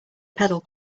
pedal